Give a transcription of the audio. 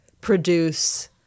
produce